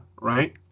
right